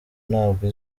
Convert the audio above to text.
ntabwo